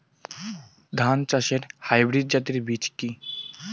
ধান চাষের হাইব্রিড জাতের বীজ কি?